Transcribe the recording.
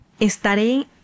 Estaré